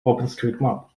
openstreetmap